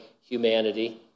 humanity